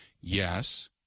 Yes